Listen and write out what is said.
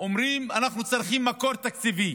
הם אומרים: אנחנו צריכים מקור תקציבי,